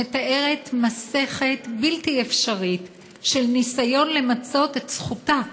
שמתארת מסכת בלתי אפשרית של ניסיון למצות את זכותה,